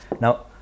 Now